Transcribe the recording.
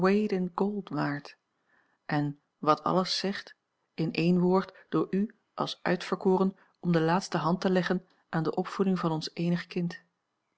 waard en wat alles zegt in één woord door u als uitverkoren om de laatste hand te leggen aan de opvoeding van ons eenig kind